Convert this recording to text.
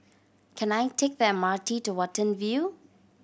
can I take the M R T to Watten View